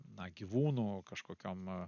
na gyvūnų kažkokiam